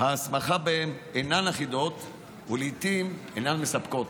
ההסמכה בהם אינן אחידות ולעיתים אינן מספקות.